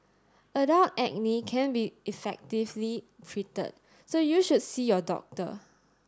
adult acne can be effectively treated so you should see your doctor